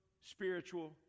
spiritual